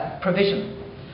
provision